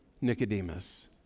Nicodemus